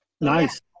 Nice